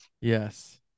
Yes